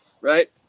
Right